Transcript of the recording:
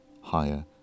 higher